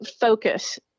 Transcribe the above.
focus